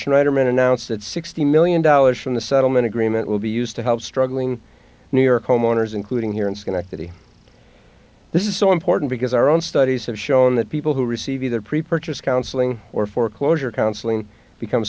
schneiderman announced that sixty million dollars from the settlement agreement will be used to help struggling new york homeowners including here in schenectady this is so important because our own studies have shown that people who receive either pre purchase counseling or foreclosure counseling become